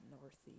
Northeast